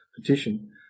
petition